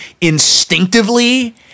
instinctively